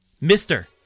Mister